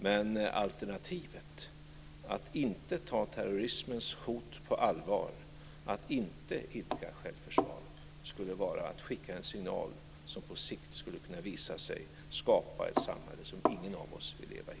Men alternativet, att inte ta terrorismens hot på allvar, att inte idka självförsvar, skulle vara att skicka en signal som på sikt skulle kunna visa sig skapa ett samhälle som ingen av oss vill leva i.